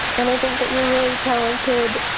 and i think that you're really talented